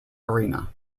arena